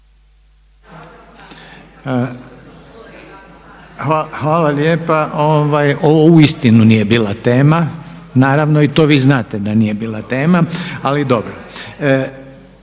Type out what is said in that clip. Hvala lijepa. Ovo uistinu nije bila tema, naravno i to vi znate da nije bila tema. Ali dobro.